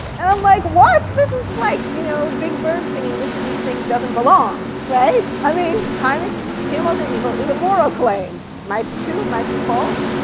and i'm like, what? this is like you know big bird singing, which of these things doesn't belong? i mean, kind of gmos are evil is a moral claim. might be true, might be false.